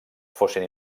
fossin